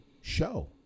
show